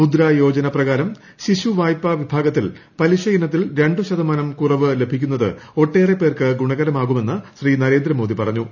മുദ്രാ യോജന പ്രകാരം ശിശു വായ്പ വിഭാഗത്തിൽ പലിശയിനത്തിൽ രണ്ട് ശതമാനം കുറവ് ലഭിക്കുന്നത് ഒട്ടേറെ പേർക്ക് ഗുണകരമാകുമെന്ന് ശ്രീ നരേന്ദ്ര മോദി പറഞ്ഞു